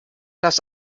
dass